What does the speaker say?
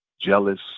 jealous